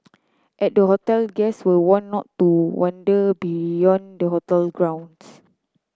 at the hotel guests were warned not to wander beyond the hotel grounds